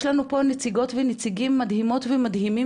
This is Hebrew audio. יש לנו פה נציגות ונציגים מדהימות ומדהימים